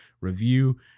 review